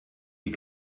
die